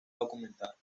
documentada